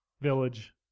Village